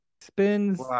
spins